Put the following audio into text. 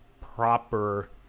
proper